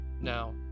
Now